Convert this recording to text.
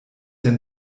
denn